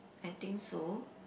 I think so